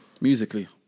Musically